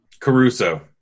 Caruso